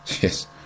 Yes